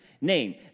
name